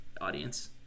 audience